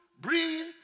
breathe